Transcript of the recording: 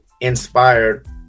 inspired